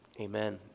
Amen